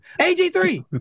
AG3